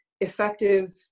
effective